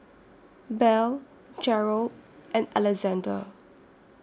Belle Jerald and Alexander